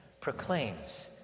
proclaims